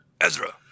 Ezra